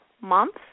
month